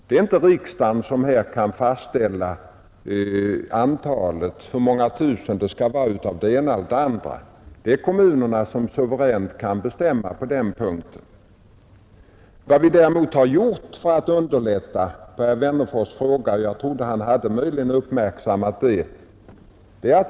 Det är inte riksdagen som har att fastställa hur stor andel det skall vara av det ena och det andra, det är kommunerna som suveränt bestämmer på den punkten. Jag trodde herr Wennerfors hade uppmärksammat vad vi gjort för att underlätta småhusbyggandet.